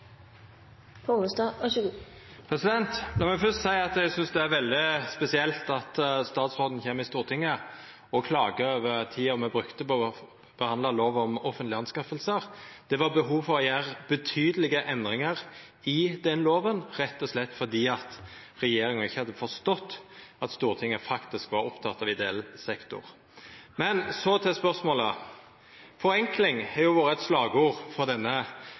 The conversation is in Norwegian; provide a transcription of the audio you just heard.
denne utviklingen. Så dette er viktige spørsmål for oss. Det vi er opptatt av, er å sikre norsk markedsadgang på minst like gode vilkår som vi har i dag. Lat meg fyrst seia at eg synest det er veldig spesielt at statsråden kjem i Stortinget og klagar over tida me brukte på å forhandla lova om offentlege anskaffingar. Det var behov for å gjera betydelege endringar i den lova, rett og slett fordi regjeringa ikkje hadde forstått at Stortinget faktisk var oppteke av